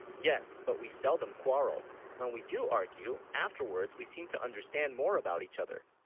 yes, but we seldom quarrel when, we do argue afterwards, we seem to understand more about each other?